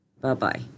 Bye-bye